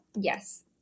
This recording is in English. Yes